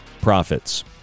profits